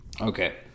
Okay